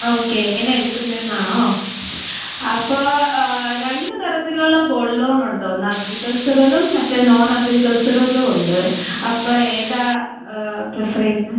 okay എങ്ങനെ എടുക്കുന്നതെന്നാണോ അപ്പോൾ രണ്ട് തരത്തിലുള്ള ഗോൾഡ് ലോൺ ഉണ്ട് ഒന്ന് അഗ്രികൾച്ചറലും മറ്റേത് നോൺ അഗ്രികൾച്ചറലും ഉണ്ട് അപ്പം ഏതാണ് പ്രിഫർ ചെയ്യുന്നത്